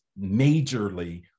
majorly